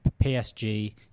PSG